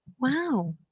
Wow